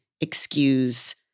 excuse